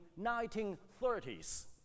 1930s